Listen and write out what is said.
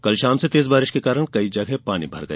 कल शाम से तेज बारिश के कारण कई जगह पानी भर गया